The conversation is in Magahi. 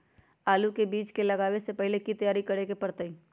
आलू के बीज के लगाबे से पहिले की की तैयारी करे के परतई?